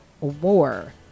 war